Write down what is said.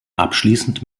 abschließend